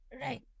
Right